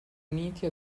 uniti